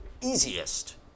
easiest